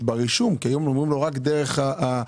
ברישום כי היום אומרים רק דרך --- אפליקציה.